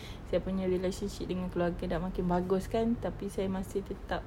saya punya relationship dengan keluarga sudah makin bagus kan tapi saya masih tetap